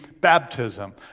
baptism